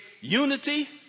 unity